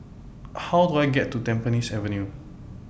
How Do I get to Tampines Avenue